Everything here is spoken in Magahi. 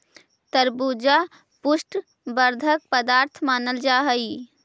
तरबूजा पुष्टि वर्धक पदार्थ मानल जा हई